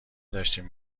داشتیم